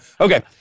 Okay